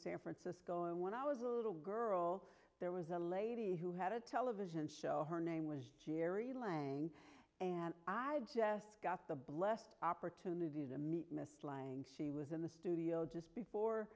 san francisco and when i was a little girl there was a lady who had a television show her name was jerry lange and i jest got the blessed opportunity to meet mr lang she was in the studio just before